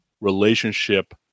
relationship